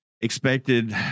expected